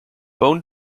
bone